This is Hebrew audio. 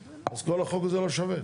אז כל החוק הזה לא שווה.